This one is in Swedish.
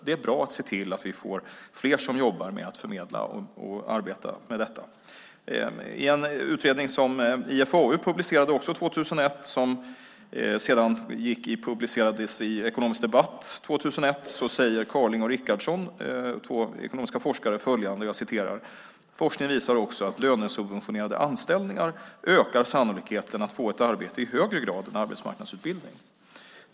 Det är bra att se till att vi får fler som jobbar med detta. I en utredning som IFAU också publicerade 2001 och som sedan publicerades i Ekonomisk Debatt 2001 säger Carling och Richardson, två ekonomiforskare, att forskning visar att lönesubventionerade anställningar ökar sannolikheten att få ett arbete i högre grad än arbetsmarknadsutbildning.